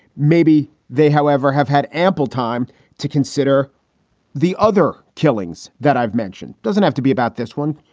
maybe they, however, have had ample time to consider the other killings that i've mentioned. doesn't have to be about this one.